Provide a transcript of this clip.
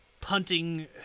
punting